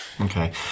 Okay